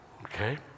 okay